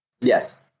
Yes